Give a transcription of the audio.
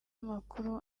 makuru